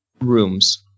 rooms